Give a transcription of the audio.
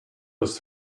was